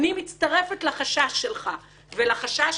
אני מצטרפת לחשש שלך ולחשש